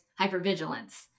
hypervigilance